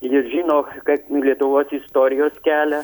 jis žino kad lietuvos istorijos kelią